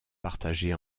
partagée